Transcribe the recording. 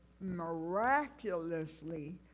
miraculously